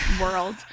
world